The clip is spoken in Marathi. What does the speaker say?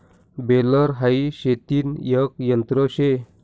बेलर हाई शेतीन एक यंत्र शे